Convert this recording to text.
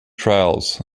trials